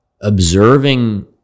observing